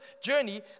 journey